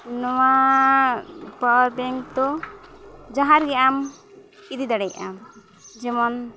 ᱱᱚᱣᱟ power bank ᱫᱚ ᱡᱟᱦᱟᱸ ᱨᱮᱜᱮ ᱟᱢ ᱤᱫᱤ ᱫᱟᱲᱮᱭᱟᱜ ᱟᱢ ᱡᱮᱢᱚᱱ